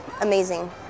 amazing